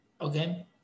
Okay